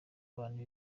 abantu